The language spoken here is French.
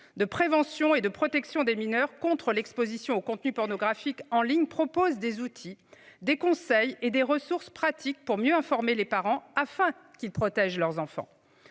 de prévention et de protection des mineurs contre l'Exposition aux contenus pornographiques en ligne propose des outils, des conseils et des ressources pratiques pour mieux informer les parents afin qu'ils protègent leurs enfants.